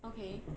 okay ya